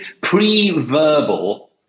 pre-verbal